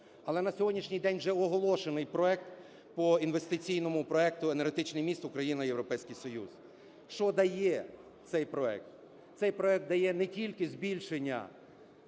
Але на сьогоднішній день вже оголошений проект по інвестиційному проекту "Енергетичний міст "Україна – Європейський Союз". Що дає цей проект? Цей проект дає не тільки збільшення